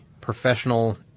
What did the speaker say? professional